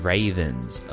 Ravens